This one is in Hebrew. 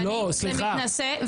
זה מתנשא,